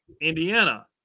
Indiana